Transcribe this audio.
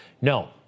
No